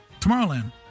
Tomorrowland